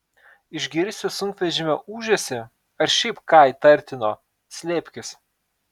išgirsi sunkvežimio ūžesį ar šiaip ką įtartino slėpkis